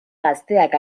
gazteak